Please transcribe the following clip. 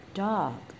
dog